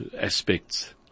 aspects